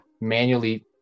manually